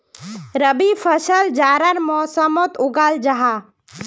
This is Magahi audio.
रबी फसल जाड़ार मौसमोट उगाल जाहा